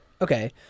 Okay